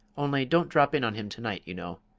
only don't drop in on him to-night, you know,